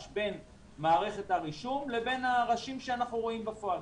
בין מערכת הרישום לבין הראשים שאנחנו רואים בפועל.